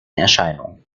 erscheinung